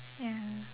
ya